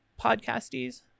podcastees